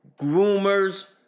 groomers